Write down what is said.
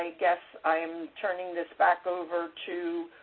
ah guess i am turning this back over to,